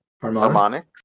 harmonics